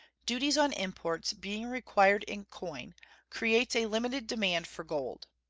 duties on imports being required in coin creates a limited demand for gold.